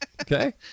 Okay